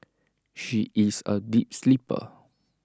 she is A deep sleeper